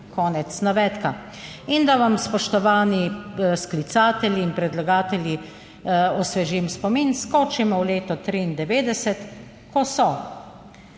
Konec navedka. In da vam, spoštovani sklicatelji in predlagatelji, osvežim spomin. Skočimo v leto 1993, ko so,